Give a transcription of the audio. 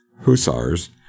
Hussars